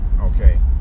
okay